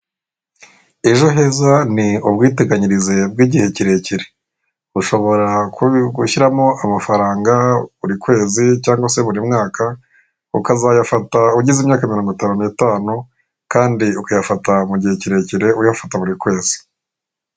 Ejo heza ni ubwiteganyirize bw'igihe kirekire. Ushobora gushyiramo amafaranga buri kwezi cyangwa se buri mwaka, ukazayafata ugize imyaka mirongo itanu n'itanu, kandi ukayafata mu gihe kirekire uyafata buri kwezi.